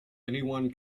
anyone